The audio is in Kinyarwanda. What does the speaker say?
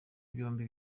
byombi